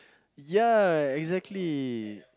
ya exactly